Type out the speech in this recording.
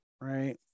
right